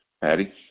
Patty